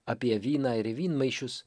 apie vyną ir vynmaišius